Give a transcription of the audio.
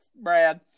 Brad